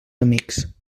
amics